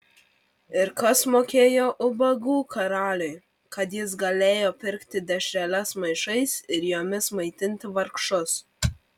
ir kas mokėjo ubagų karaliui kad jis galėjo pirkti dešreles maišais ir jomis maitinti vargšus